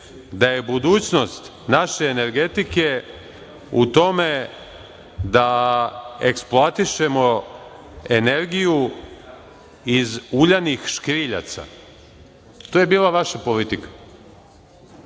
da je budućnost naše energetike u tome da eksploatišemo energiju iz uljanih škriljaca. To je bila vaša politika.